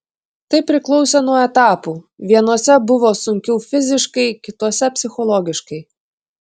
tai priklausė nuo etapų vienuose buvo sunkiau fiziškai kituose psichologiškai